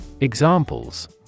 Examples